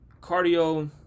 cardio